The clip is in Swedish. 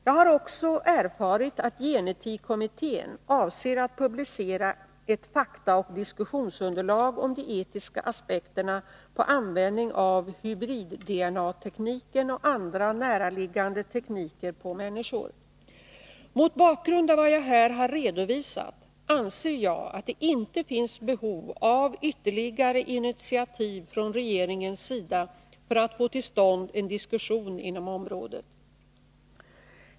Jag har också erfarit att gen-etikkommittén avser att publicera ett faktaoch diskussionsunderlag om de etiska aspekterna på användning av hybrid-DNA-tekniken och andra näraliggande tekniker på människor. Mot bakgrund av vad jag här har redovisat anser jag att det inte finns behov av ytterligare initiativ från regeringens sida för att få till stånd en diskussion inom området.